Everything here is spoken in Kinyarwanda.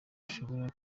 ushobora